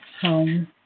home